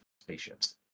spaceships